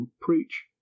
preach